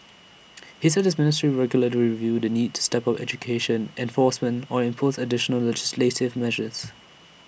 he said his ministry will regularly review the need to step up education enforcement or impose additional legislative measures